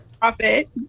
Profit